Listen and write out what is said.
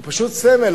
הוא פשוט סמל,